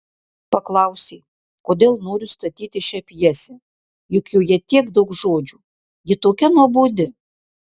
paklausė kodėl noriu statyti šią pjesę juk joje tiek daug žodžių ji tokia nuobodi